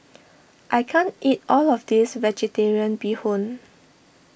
I can't eat all of this Vegetarian Bee Hoon